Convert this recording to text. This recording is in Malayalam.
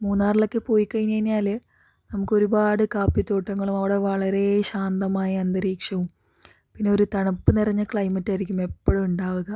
മൂന്നാറിലൊക്കെ പോയി കഴിഞ്ഞ് കഴിഞ്ഞാല് നമുക്ക് ഒരുപാട് കാപ്പി തോട്ടങ്ങളും അവിടെ വളരേ ശാന്തമായ അന്തരീക്ഷവും പിന്നെ ഒരു തണുപ്പ് നിറഞ്ഞ ക്ലൈമറ്റ് ആയിരിക്കും എപ്പോഴും ഉണ്ടാവുക